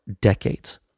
decades